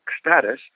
status